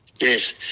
Yes